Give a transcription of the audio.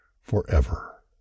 forever